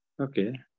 Okay